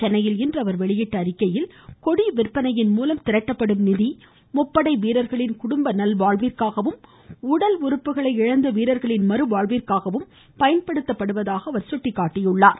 சென்னையில் இன்று அவர் வெளியிட்டுள்ள அறிக்கையில் கொடி விற்பனை மூலம் திரட்டப்படும் நிதி முப்படை வீரர்களின் குடும்ப நல்வாழ்விற்காகவும் உடல் உறுப்புகளை இழந்த வீரர்களின் மறுவாழ்விற்காகவும் பயன்படுத்தப்படுவதாக அவர் சுட்டிக்காட்டினார்